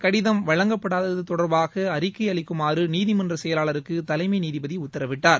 கடிதம் வழங்கப்படாதது தொடர்பாக அறிக்கை அளிக்குமாறு நீதிமன்ற செயலாளருக்கு தலைமை நீதிபதி உத்தரவிட்டார்